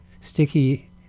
sticky